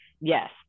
yes